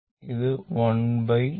അതിനാൽ 1T2